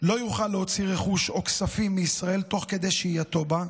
לא יוכל להוציא רכוש או כספים מישראל תוך כדי שהייתו בה,